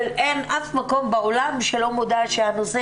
ואין אף מקום בעולם שלא מודע לכך שהנושא